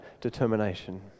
determination